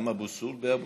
גם אבו סול ואבו-תלול.